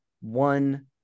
one